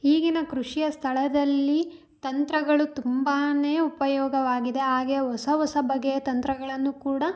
ಈಗಿನ ಕೃಷಿಯ ಸ್ಥಳದಲ್ಲಿ ತಂತ್ರಗಳು ತುಂಬಾ ಉಪಯೋಗವಾಗಿದೆ ಹಾಗೆ ಹೊಸ ಹೊಸ ಬಗೆಯ ತಂತ್ರಗಳನ್ನು ಕೂಡ